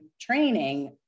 training